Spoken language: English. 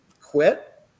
quit